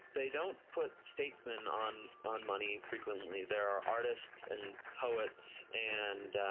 they don't put statesmen on on money. frequently there are artists, and poets, and ah,